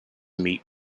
meat